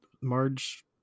Marge